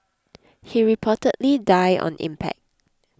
he reportedly died on impact